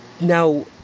now